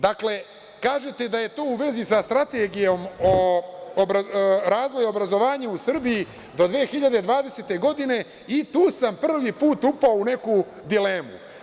Dakle, kažete da je tu u vezi sa Strategijom o razvoju obrazovanja u Srbiji do 2020. godine i tu sam prvi put upao u neku dilemu.